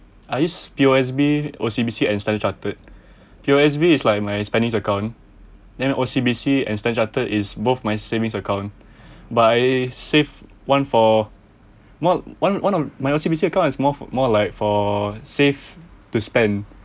I use P_O_S_B O_C_B_C and standard chartered P_O_S_B is like my spendings account then O_C_B_C and standard chartered is both my savings account but I save one for what one one of my O_C_B_C account is more for more like for safe to spend